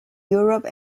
europe